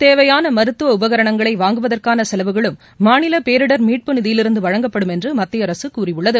தேவையான மருத்துவ உபரகரணங்களை வாங்குவதற்கான செலவுகளும் மாநில பேரிடர் மீட்பு நிதியிலிருந்து வழங்கப்படும் என்று மத்திய அரசு கூறியுள்ளது